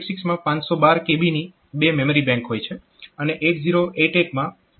8086 માં 512 kB ની બે મેમરી બેંક હોય છે અને 8088 માં સિંગલ મેમરી બેંક હોય છે